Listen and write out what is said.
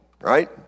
right